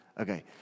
Okay